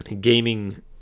gaming